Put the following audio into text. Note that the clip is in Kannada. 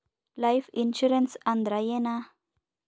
ಲೈಫ್ ಇನ್ಸೂರೆನ್ಸ್ ಅಂದ್ರ ಏನ?